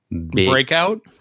breakout